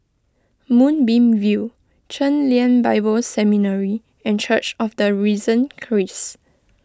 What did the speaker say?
Moonbeam View Chen Lien Bible Seminary and Church of the Risen Christ